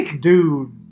Dude